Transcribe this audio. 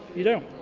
you don't.